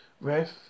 Ref